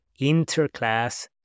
interclass